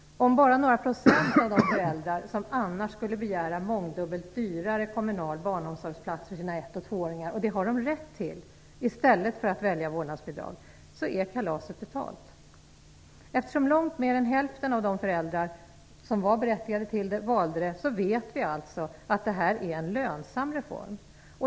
Om bara några procent av de föräldrar som annars skulle begära en mångdubbelt dyrare kommunal barnomsorgsplats för sina ettåringar och tvååringar, vilket de har rätt till, i stället valde vårdnadsbidrag, så vore kalaset betalt. Eftersom långt mer än hälften av de föräldrar som var berättigade till vårdnadsbidrag tidigare valde detta vet vi att detta är en lönsam reform.